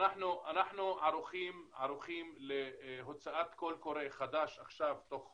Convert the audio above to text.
אנחנו ערוכים להוצאת קול קורא חדש עכשיו תוך חודש,